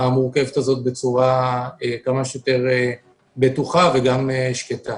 המורכבת הזאת בצורה כמה שיותר בטוחה וגם שקטה.